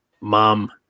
mom